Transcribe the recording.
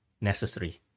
necessary